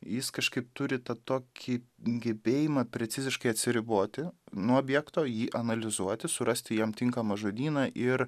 jis kažkaip turi tą tokį gebėjimą preciziškai atsiriboti nuo objekto jį analizuoti surasti jam tinkamą žodyną ir